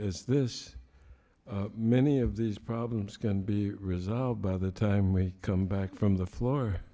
as this many of these problems can be resolved by the time we come back from the floor